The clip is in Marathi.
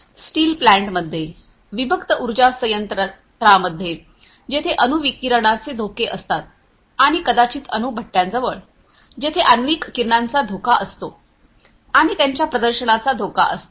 स्टील प्लांट्समध्ये विभक्त उर्जा संयंत्रांमध्ये जेथे अणू विकिरणांचे धोके असतात आणि कदाचित अणुभट्ट्या जवळ जेथे आण्विक किरणांचा धोका असतो आणि त्यांच्या प्रदर्शनाचा धोका असतो